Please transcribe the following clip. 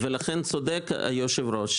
ולכן צודק היושב-ראש,